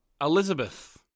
Elizabeth